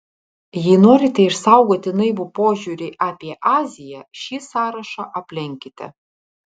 jei norite išsaugoti naivų požiūrį apie aziją šį sąrašą aplenkite